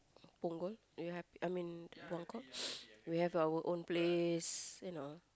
Punggol you happy I mean Buangkok we have our own place you know